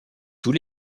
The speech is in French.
tout